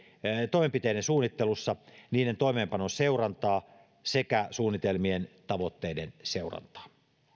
toimenpiteiden suunnittelussa niiden toimeenpanon seurantaa sekä suunnitelmien tavoitteiden seurantaa